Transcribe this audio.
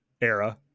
era